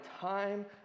time